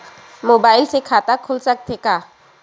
Mobile से खाता खुल सकथे का?